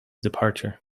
departure